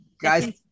guys